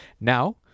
now